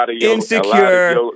insecure